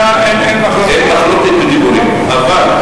אבל,